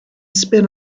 spin